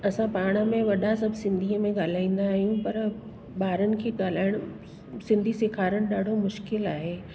असां पाण में वॾा सभु सिंधीअ में ॻाल्हाईंदा आहियूं पर ॿारनि खे ॻाल्हाइण सिंधी सेखारण ॾाढो मुश्किल आहे